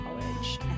college